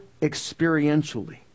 experientially